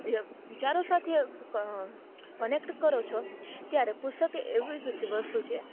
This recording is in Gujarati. વ્ય અ વિચારો સાથે ક કનેક્ટ કરો છો ત્યારે પુસ્તકે એવી જ વસ્તુ છે